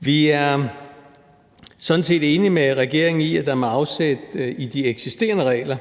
Vi er sådan set enige med regeringen i, at der med afsæt i de eksisterende regler